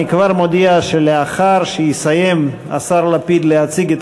אני כבר מודיע שלאחר שיסיים השר לפיד להציג את